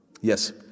Yes